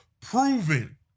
proven